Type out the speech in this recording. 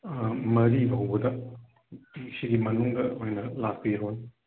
ꯃꯔꯤ ꯐꯥꯎꯕꯗ ꯁꯤꯒꯤ ꯃꯅꯨꯡꯗ ꯑꯣꯏꯅ ꯂꯥꯛꯄꯤꯔꯣꯅꯦ